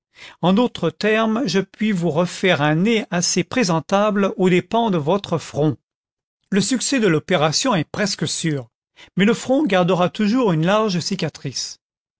en autres termes je puis vous refaire un nez assez présentable aux dépens de votre front le succès de l'opération est presque sûr mais le front gardera toujours une large cicatrice